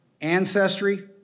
Ancestry